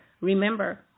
remember